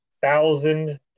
Thousand